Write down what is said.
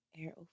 Air